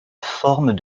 forme